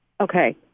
Okay